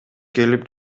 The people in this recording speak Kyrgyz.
келип